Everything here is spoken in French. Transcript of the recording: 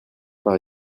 par